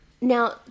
Now